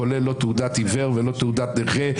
כולל לא תעודת עיוור ולא תעודת נכה.